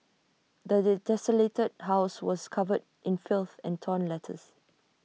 does the desolated house was covered in filth and torn letters